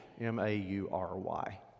M-A-U-R-Y